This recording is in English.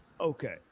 Okay